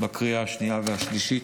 בקריאה השנייה והשלישית.